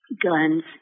guns